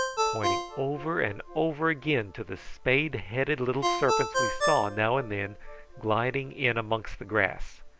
pointing over and over again to the spade-headed little serpents we saw now and then gliding in amongst the grass.